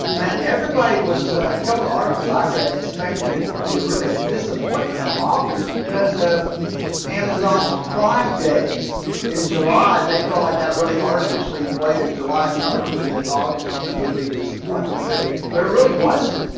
and everybody was come with articles i read expected it to be a really a disappointment for august because of amazon's prime days in july they felt like that really artificially inflated july's numbers and that august was going to be a big disappointment, but but it really wasn't.